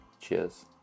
cheers